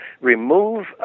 remove